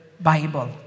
Bible